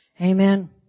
Amen